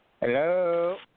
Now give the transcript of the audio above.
Hello